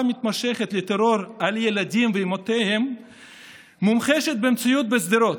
מתמשכת לטרור על ילדים ואימהותיהם מומחשת במציאות בשדרות,